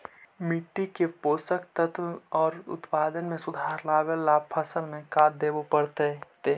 मिट्टी के पोषक तत्त्व और उत्पादन में सुधार लावे ला फसल में का देबे पड़तै तै?